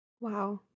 Wow